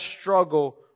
struggle